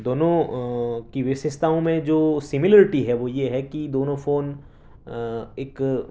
دونوں کی وشیشتاؤں میں جو سملرٹی ہے وہ یہ ہے کہ دونوں فون ایک